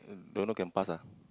don't know can pass ah